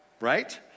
right